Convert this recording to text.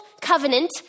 covenant